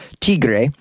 Tigre